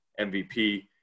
MVP